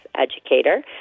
educator